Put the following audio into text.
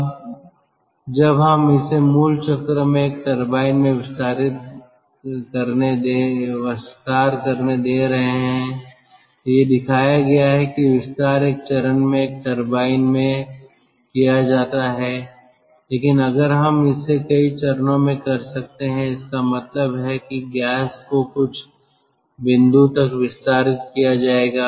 अब जब हम इसे मूल चक्र में एक टरबाइन में विस्तार करने दे रहे हैं तो यह दिखाया गया है कि विस्तार एक चरण में एक टर्बाइन में किया जाता है लेकिन अगर हम इसे कई चरणों में कर सकते हैं इसका मतलब है कि गैस को कुछ बिंदु तक विस्तारित किया जाएगा